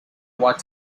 what